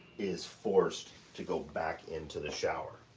is forced, to go back into the shower.